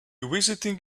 visiting